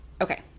okay